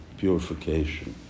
purification